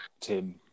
Tim